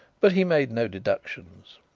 but he made no deductions.